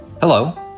Hello